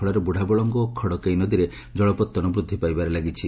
ଫଳରେ ବୁଢ଼ାବଳଙ୍ଗ ଓ ଖଡ଼କେଇ ନଦୀରେ ଜଳପତନ ବୃଦ୍ଧି ପାଇବାରେ ଲାଗିଛି